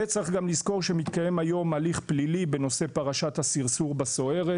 וצריך גם לזכור שמתקיים היום הליך פלילי בנושא פרשת הסרסור בסוהרת,